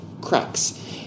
cracks